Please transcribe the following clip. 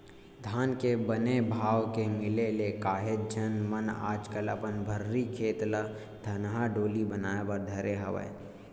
धान के बने भाव के मिले ले काहेच झन मन आजकल अपन भर्री खेत ल धनहा डोली बनाए बर धरे हवय